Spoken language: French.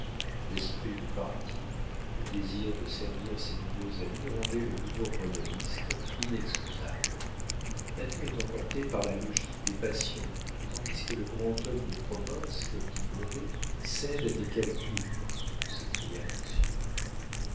l'esprit de parti le désir de servir ses nouveaux amis rendaient le nouveau royaliste inexcusable nathan est emporté par la logique des passions tandis que le grand homme de province comme dit blondet cède à des calculs s'écria